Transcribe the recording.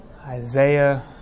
Isaiah